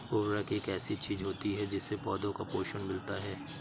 उर्वरक एक ऐसी चीज होती है जिससे पौधों को पोषण मिलता है